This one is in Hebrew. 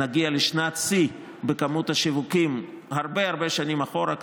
נגיע לשנת שיא בכמות השיווקים הרבה הרבה שנים אחורה,